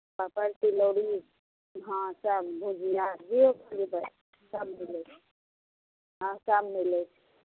पापड़ तिलौड़ी हँ सब भुजिआ जे खयबै सब मिलै छै हँ सब मिलै छै